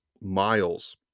miles